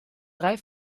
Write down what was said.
drei